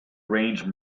range